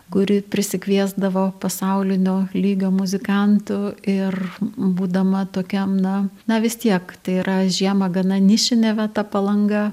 kuri prisikviesdavo pasaulinio lygio muzikantų ir būdama tokiam na na vis tiek tai yra žiemą gana nišinė vieta palanga